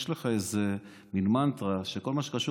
יש לך איזו מין מנטרה שכל מה שקשור